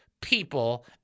people